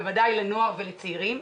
בוודאי לנוער ולצעירים?